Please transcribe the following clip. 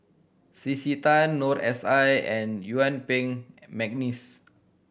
C C Tan Noor S I and Yuen Peng McNeice